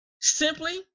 Simply